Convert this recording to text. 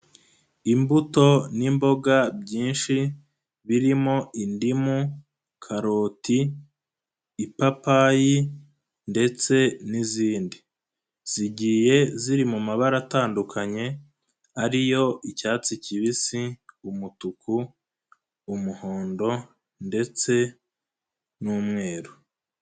Imbuto n'imboga byinshi birimo indimu, karoti, ipapayi, ndetse n'izindi. Zigiye ziri mu mabara atandukanye ari yo icyatsi kibisi, umutuku, umuhondo, ndetse n'umweru.